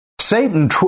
Satan